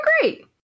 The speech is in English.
great